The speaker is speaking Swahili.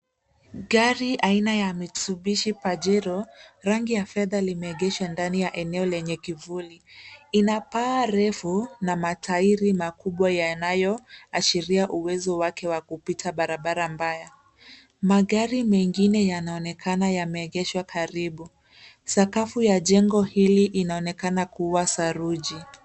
Gari aina ya Mitsubishi Pajero rangi ya fedha limeegeshwa ndani ya eneo lenye kivuli. Ina paa refu na matairi makubwa yanayoashiria uwezo wake wa kupita barabara mbaya. Magari mengine yanaonekana yameegeshwa karibu. Sakafu ya jengo hili inaonekana kuwa saruji.